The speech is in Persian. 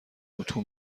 اتو